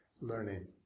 learning